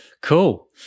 cool